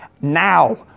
now